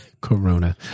Corona